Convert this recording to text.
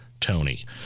Tony